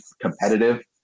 competitive